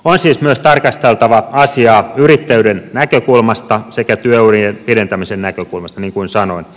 on siis myös tarkasteltava asiaa yrittäjyyden näkökulmasta sekä työurien pidentämisen näkökulmasta niin kuin sanoin